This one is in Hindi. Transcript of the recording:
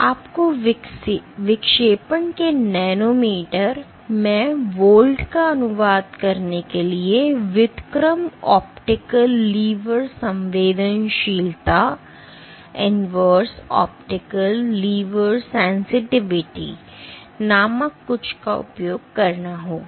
आपको विक्षेपण के नैनोमीटर में वोल्ट का अनुवाद करने के लिए व्युत्क्रम ऑप्टिकल लीवर संवेदनशीलता नामक कुछ का उपयोग करना होगा